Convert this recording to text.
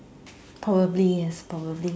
probably yes probably